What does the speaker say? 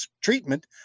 treatment